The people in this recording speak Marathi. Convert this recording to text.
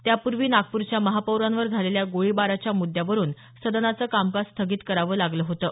त्यापूर्वी नागपूरच्या महापौरांवर झालेल्या गोळीबाराच्या मुद्यावरून सदनाचं कामकाज स्थगित करावं लागलं होतं